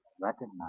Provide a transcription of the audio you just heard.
recognize